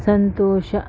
ಸಂತೋಷ